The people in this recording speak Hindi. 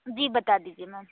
जी बता दीजिए मैम